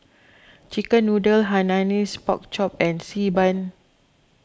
Chicken Noodles Hainanese Pork Chop and Xi Ban